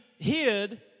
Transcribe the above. hid